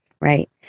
right